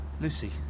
Lucy